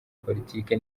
politiki